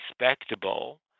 respectable